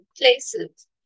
places